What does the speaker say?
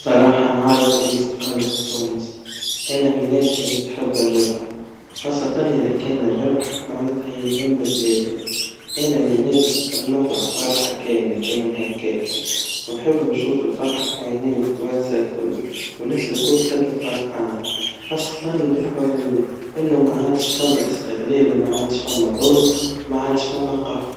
بصراحا نهارت اللي استقلت تونس, أنا مالناس اللي تحب الربح, وخاصة إذا كان الربح معناتها يهم بلادك, أنا مالناس نحب نفرح فرحا كاملة, كيمن هكاكا, ونحب نشوف الفرحا في عينين التونسا الكل, والناس الكل تبدا فرحانا, خاصة بالحريا, إنه معادش ثما إشغلال ومعادش ثما ظلم, ومعادش ثما قهر